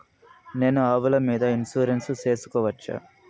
నేను ఆవుల మీద ఇన్సూరెన్సు సేసుకోవచ్చా?